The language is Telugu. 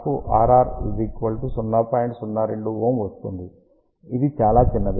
02 Ω వస్తుంది ఇది చాలా చిన్నది